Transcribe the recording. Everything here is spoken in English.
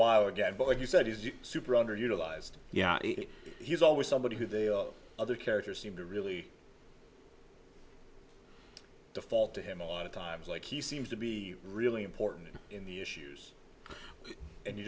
while again but like you said he's super underutilized yeah he's always somebody who they all other characters seem to really default to him a lot of times like he seems to be really important in the issues and